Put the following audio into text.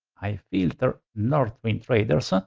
i filter northwind traders. ah